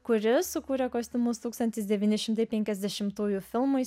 kuris sukūrė kostiumus tūkstantis devyni šimtai penkiasdešimtųjų filmui